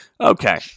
Okay